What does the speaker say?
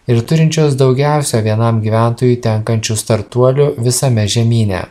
ir turinčios daugiausia vienam gyventojui tenkančių startuolių visame žemyne